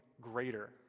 greater